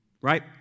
right